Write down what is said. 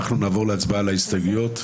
אנחנו נעבור להצבעה על ההסתייגויות.